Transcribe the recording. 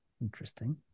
interesting